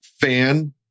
fan